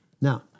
Now